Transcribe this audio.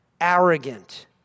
arrogant